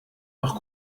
noch